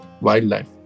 wildlife